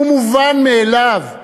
שהוא מובן מאליו,